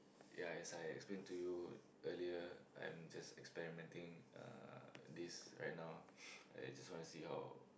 ya as I explained to you earlier I'm just experimenting uh this right now I just want to see how